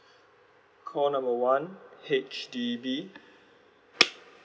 call number one H_D_B